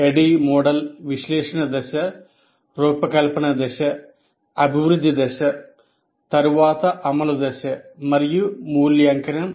ADDIE model విశ్లేషణ దశ రూపకల్పన దశ అభివృద్ధి దశ తరువాత అమలు దశ మరియు మూల్యాంకనం దశ